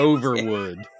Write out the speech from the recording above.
Overwood